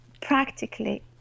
practically